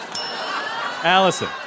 Allison